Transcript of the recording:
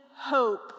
hope